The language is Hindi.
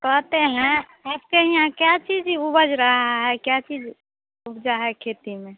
कहते हैं आपके यहाँ क्या चीज उपज रहा है क्या चीज उपजा है खेती में